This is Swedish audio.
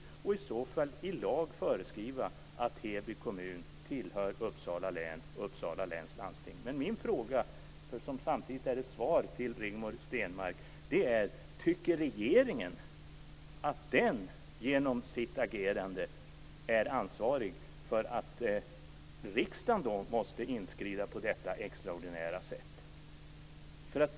I så fall handlar det om att i lag föreskriva att Heby kommun tillhör Min fråga, som samtidigt är ett svar till Rigmor Stenmark, är: Tycker regeringen att den genom sitt agerande är ansvarig för att riksdagen måste inskrida på detta extraordinära sätt?